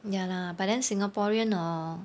ya lah but then singaporean hor